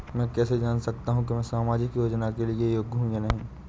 मैं कैसे जान सकता हूँ कि मैं सामाजिक योजना के लिए योग्य हूँ या नहीं?